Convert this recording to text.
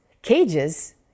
Cages